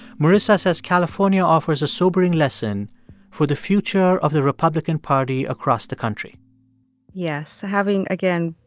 marisa says california offers a sobering lesson for the future of the republican party across the country yes. having, again,